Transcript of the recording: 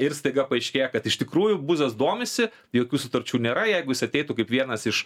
ir staiga paaiškėja kad iš tikrųjų buzas domisi jokių sutarčių nėra jeigu jis ateitų kaip vienas iš